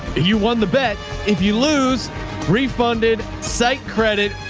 you won the bet. if you lose refunded site credit,